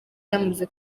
yamaze